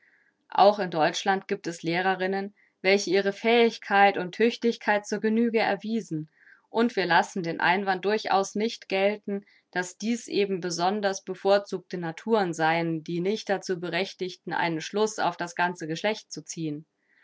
auch in deutschland gibt es lehrerinnen welche ihre fähigkeit und tüchtigkeit zur genüge erwiesen und wir lassen den einwand durchaus nicht gelten daß dies eben besonders bevorzugte naturen seien die nicht dazu berechtigten einen schluß auf das ganze geschlecht zu ziehen